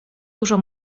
dużo